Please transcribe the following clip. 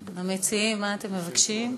המציעים, מה אתם מבקשים?